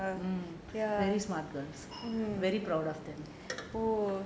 mm very smart girls very proud of them